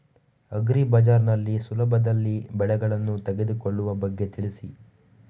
agri Bazaar ನಲ್ಲಿ ಸುಲಭದಲ್ಲಿ ಬೆಳೆಗಳನ್ನು ತೆಗೆದುಕೊಳ್ಳುವ ಬಗ್ಗೆ ತಿಳಿಸಿ